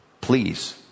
please